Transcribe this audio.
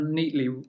neatly